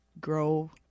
grow